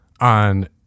on